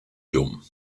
llum